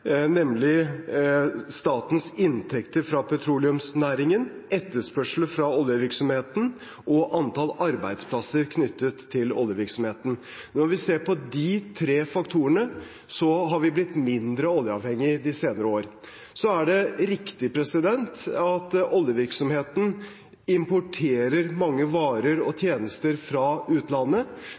nemlig statens inntekter fra petroleumsnæringen, etterspørsel fra oljevirksomheten og antall arbeidsplasser knyttet til oljevirksomheten. Når vi ser på de tre faktorene, har vi blitt mindre oljeavhengig de senere år. Så er det riktig at oljevirksomheten importerer mange varer og tjenester fra utlandet,